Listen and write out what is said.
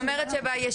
זאת אומרת שבדיון הבא,